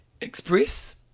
Express